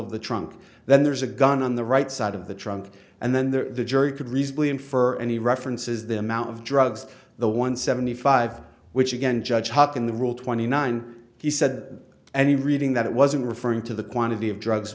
of the trunk then there's a gun on the right side of the trunk and then the jury could reasonably infer any references the amount of drugs the one seventy five which again judge hoppin the rule twenty nine he said that any reading that it wasn't referring to the quantity of drugs